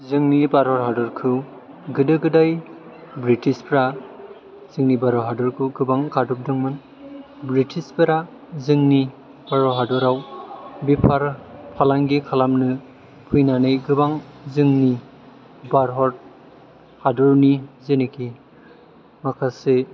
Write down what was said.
जोंनि भारत हादरखौ गोदो गोदाय बृतिसफ्रा जोंनि भारत हादरखौ गोबां गादबदोंमोन बृतिसफ्रा जोंनि भारत हादराव बेफार फालांगि खालामनो फैनानै गोबां जोंनि भारत हादरनि जेनाखि माखासे